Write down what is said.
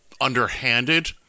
underhanded